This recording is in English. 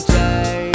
day